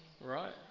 right